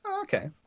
okay